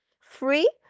free